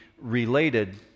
related